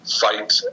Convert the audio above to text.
fight